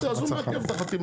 בסדר, אז הוא מעכב את החתימה.